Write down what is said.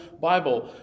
Bible